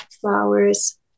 flowers